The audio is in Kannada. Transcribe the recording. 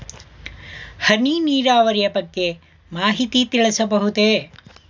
ಹನಿ ನೀರಾವರಿಯ ಬಗ್ಗೆ ಮಾಹಿತಿ ತಿಳಿಸಬಹುದೇ?